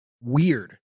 weird